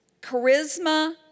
Charisma